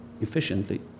efficiently